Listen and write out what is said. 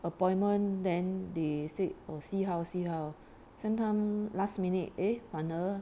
appointment then they said oh see how see how sometime last minute eh 反而